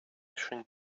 flashing